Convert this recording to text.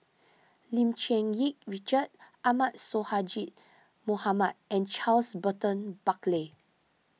Lim Cherng Yih Richard Ahmad Sonhadji Mohamad and Charles Burton Buckley